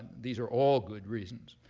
these are all good reasons.